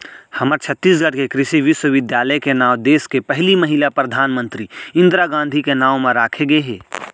हमर छत्तीसगढ़ के कृषि बिस्वबिद्यालय के नांव देस के पहिली महिला परधानमंतरी इंदिरा गांधी के नांव म राखे गे हे